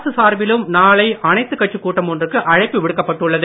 அரசு சார்பிலும் நாளை அனைத்து கட்சி கூட்டம் ஒன்றுக்கு அழைப்பு விடுக்கப்பட்டுள்ளது